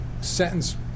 sentence